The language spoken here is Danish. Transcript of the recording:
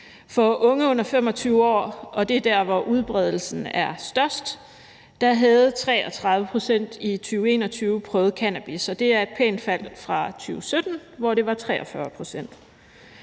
unge under 25 år – det er der, hvor udbredelsen er størst – havde 33 pct. i 2021 prøvet cannabis, og det er et pænt fald sammenlignet med 2017, hvor det var 43 pct.